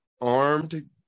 armed